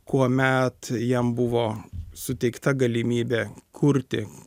kuomet jam buvo suteikta galimybė kurti